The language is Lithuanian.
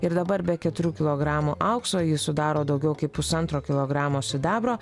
ir dabar be keturių kilogramų aukso jį sudaro daugiau kaip pusantro kilogramo sidabro